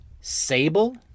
Sable